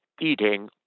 eating